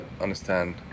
understand